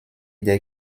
they